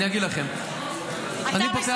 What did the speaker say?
אני מבין